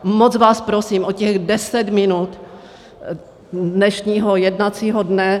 Moc vás prosím o těch 10 minut dnešního jednacího dne.